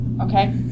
Okay